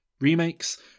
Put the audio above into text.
remakes